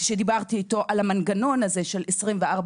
כשדיברתי איתו על המנגנון הזה של 24/7